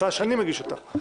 הצעה שאני מגיש אותה.